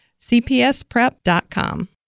cpsprep.com